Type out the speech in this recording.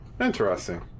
Interesting